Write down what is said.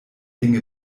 dinge